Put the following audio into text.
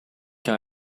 car